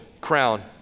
crown